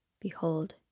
Behold